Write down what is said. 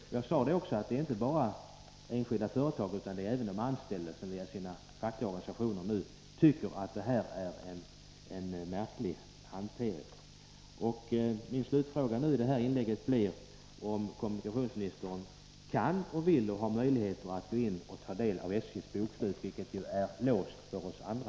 Som jag sade är det inte bara enskilda företag som reagerat, utan även de anställda har genom sina fackliga organisationer uttalat att det här är en märklig hantering. Min slutfråga i det här inlägget blir om kommunikationsministern kan och vill gå in och ta del av SJ:s bokslut, vilket ju är låst för oss andra.